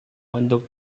untuk